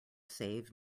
save